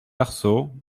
arceaux